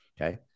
okay